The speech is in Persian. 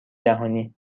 جهانی